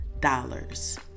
dollars